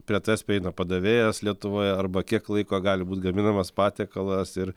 prie tavęs prieina padavėjas lietuvoje arba kiek laiko gali būt gaminamas patiekalas ir